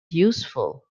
useful